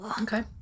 Okay